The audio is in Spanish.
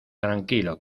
tranquilo